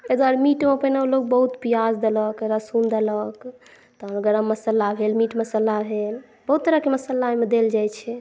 एहि दुआरे मीटोकेँ ने लोग बहुत पियाज देलक लहसुन देलक तहन गरम मसाला भेल मीट मसाला भेल बहुत तरहके मसाला ओहिमे देल जाइ छै